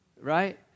Right